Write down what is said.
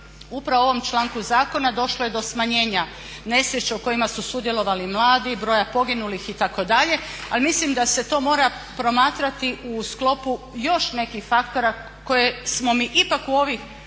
upravo ovom članku zakona došlo je do smanjenja nesreća u kojima su sudjelovali mladi, broja poginulih itd. ali mislim da se to mora promatrati u sklopu još nekih faktora koje smo mi ipak u ovih